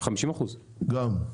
50%. גם?